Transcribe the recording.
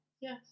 Yes